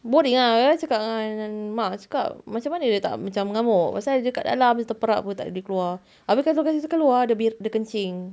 boring ah kadang-kadang cakap dengan mak cakap macam mana dia tak macam mengamuk pasal dia dekat dalam jer terperap apa tak boleh keluar habis kalau kita kasi keluar dia ber~ dia kencing